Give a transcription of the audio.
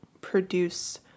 produce